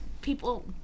people